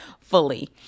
fully